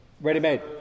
Ready-made